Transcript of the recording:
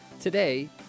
Today